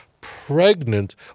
pregnant